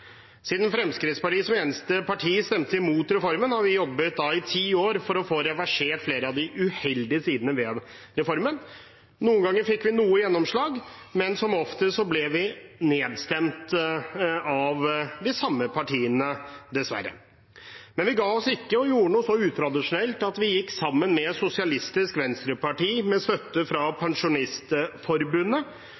Fremskrittspartiet var eneste parti som stemte imot reformen, og vi jobbet i ti år for å få reversert flere av de uheldige sidene ved reformen. Noen ganger fikk vi noe gjennomslag, men som oftest ble vi nedstemt av de samme partiene – dessverre. Men vi ga oss ikke, og gjorde noe så utradisjonelt som at vi gikk sammen med Sosialistisk Venstreparti, med støtte fra